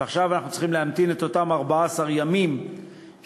ועכשיו אנחנו צריכים להמתין את אותם 14 ימים שיעברו.